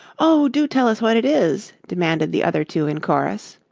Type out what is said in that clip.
oh, do tell us what it is, demanded the other two in chorus.